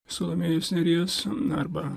salomėjos nėries arba